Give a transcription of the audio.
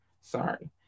Sorry